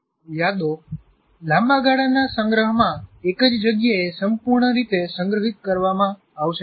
યાદો લાંબા ગાળાના સંગ્રહમાં એક જ જગ્યાએ સંપૂર્ણ રીતે સંગ્રહિત કરવામાં આવશે નહીં